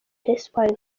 espoir